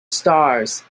stars